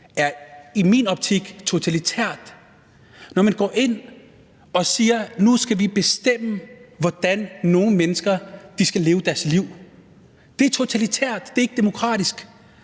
er i min optik totalitært. Når man går ind og siger, at nu skal vi bestemme, hvordan nogle mennesker skal leve deres liv, så er det totalitært; det er ikke demokratisk.